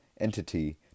entity